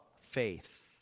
faith